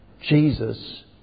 Jesus